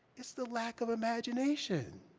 it's the lack of imagination.